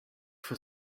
for